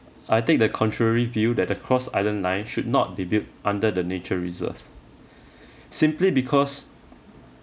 I take the contrary view that the cross island line should not be built under the nature reserve simply because